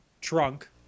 trunk